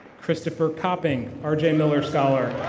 christopher copping, arjay miller scholar.